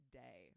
day